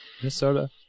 Minnesota